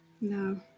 No